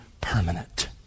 permanent